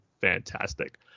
fantastic